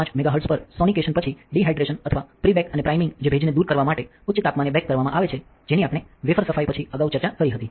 5 mega hertz પર sonication પછી dehydration અથવા પ્રી બેક અને પ્રાઇમિંગ જે ભેજને દૂર કરવા માટે ઉચ્ચ તાપમાને બેક કરવામાં આવે છે જેની આપણે વેફર સફાઈ પછી અગાઉ ચર્ચા કરી હતી